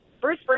Bruce